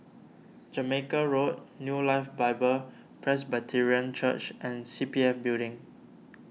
Jamaica Road New Life Bible Presbyterian Church and C P F Building